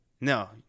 No